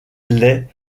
les